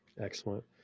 Excellent